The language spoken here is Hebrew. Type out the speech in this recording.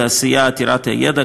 בתעשייה עתירת ידע,